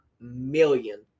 million